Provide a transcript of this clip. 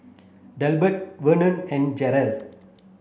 Delbert Vernon and Jaylyn